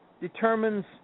determines